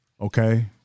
Okay